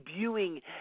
debuting